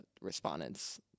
respondents